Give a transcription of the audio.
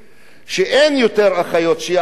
אין יותר אחיות שיעשו את